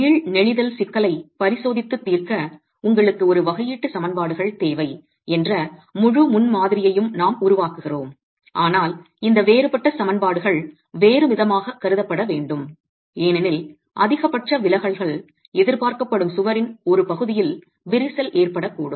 மீள் நெளிதல் சிக்கலைப் பரிசோதித்துத் தீர்க்க உங்களுக்கு ஒரு வகையீட்டு சமன்பாடுகள் தேவை என்ற முழு முன்மாதிரியையும் நாம் உருவாக்குகிறோம் ஆனால் இந்த வேறுபட்ட சமன்பாடுகள் வேறுவிதமாகக் கருதப்பட வேண்டும் ஏனெனில் அதிகபட்ச விலகல்கள் எதிர்பார்க்கப்படும் சுவரின் ஒரு பகுதியில் விரிசல் ஏற்படக்கூடும்